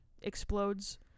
explodes